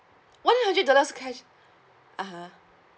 one hundred dollars cash (uh huh)